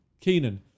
Keenan